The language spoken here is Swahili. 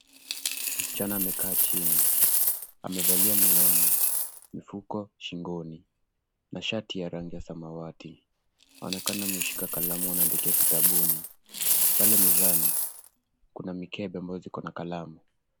Msichana amekaa chini amevalia miwani, mfuko shingoni na shati ya rangi ya samawati. Anaonekana ameshika kalamu anaandika kitabuni. Pale mezani kuna mikebe ambayo ziko na kalamu.